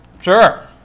sure